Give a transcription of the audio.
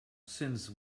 since